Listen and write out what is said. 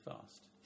fast